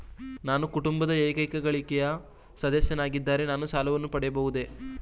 ನಾನು ಕುಟುಂಬದ ಏಕೈಕ ಗಳಿಕೆಯ ಸದಸ್ಯನಾಗಿದ್ದರೆ ನಾನು ಸಾಲವನ್ನು ಪಡೆಯಬಹುದೇ?